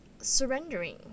surrendering